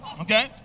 okay